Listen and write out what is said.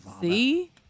See